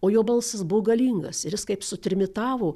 o jo balsas buvo galingas ir jis kaip sutrimitavo